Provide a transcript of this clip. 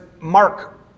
Mark